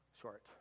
short